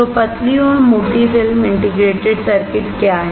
तो पतली और मोटी फिल्म इंटीग्रेटेड सर्किट क्या हैं